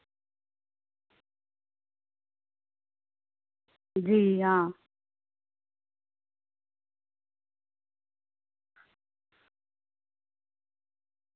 जी हां